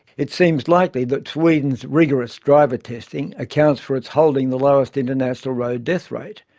it seems likely that sweden's rigorous driver-testing accounts for its holding the lowest international road death rate.